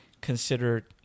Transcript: considered